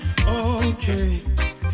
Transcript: Okay